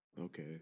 Okay